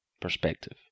perspective